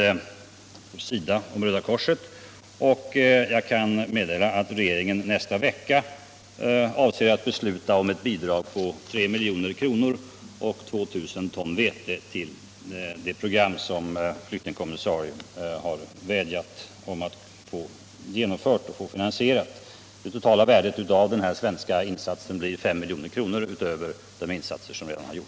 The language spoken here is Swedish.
Efter samråd med SIDA och Röda korset avser regeringen att nästa vecka besluta om ett bidrag på 3 milj.kr. och 2 000 ton vete till det hjälpprogram som flyktingkommissarien har vädjat om pengar för. Det totala värdet av den svenska insatsen blir 5 milj.kr.